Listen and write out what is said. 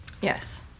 Yes